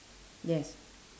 yes